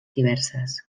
diverses